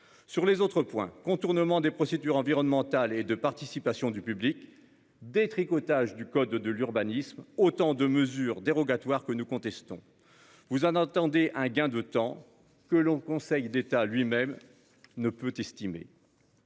Sur les autres points contournement des procédures environnementales et de participation du public détricotage du code de l'urbanisme. Autant de mesures dérogatoires que nous contestons. Vous en entendez un gain de temps, que l'on Conseil d'État lui-même ne peut estimer.